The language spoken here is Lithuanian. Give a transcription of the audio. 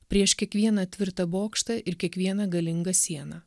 prieš kiekvieną tvirtą bokštą ir kiekvieną galingą sieną